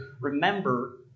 remember